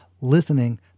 Listening